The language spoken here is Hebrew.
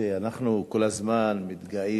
שאנחנו כל הזמן מתגאים,